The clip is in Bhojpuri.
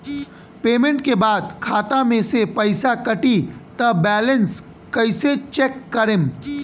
पेमेंट के बाद खाता मे से पैसा कटी त बैलेंस कैसे चेक करेम?